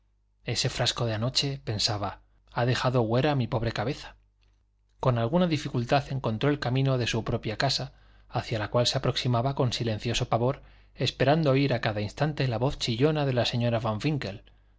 ese frasco de anoche pensaba ha dejado huera mi pobre cabeza con alguna dificultad encontró el camino de su propia casa hacia la cual se aproximaba con silencioso pavor esperando oír a cada instante la voz chillona de la señora van winkle